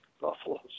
Buffalo